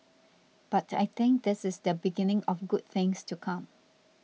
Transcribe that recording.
but I think this is the beginning of good things to come